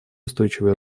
устойчивое